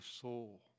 soul